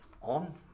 on